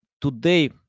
today